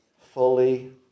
fully